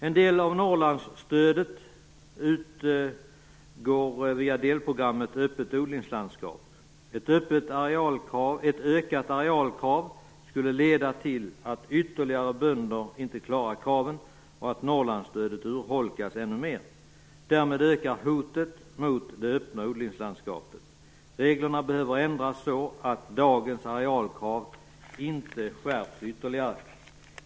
En del av Norrlandsstödet utgår via delprogrammet Öppet odlingslandskap. Ett ökat arealkrav skulle leda till att ytterligare bönder inte klarade kraven och att Norrlandsstödet urholkades ännu mer. Därmed ökar hotet mot det öppna odlingslandskapet. Reglerna behöver ändras så att dagens arealkrav inte skärps ytterligare.